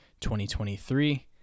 2023